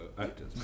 actors